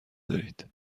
دارید